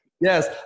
Yes